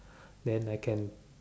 then I'm can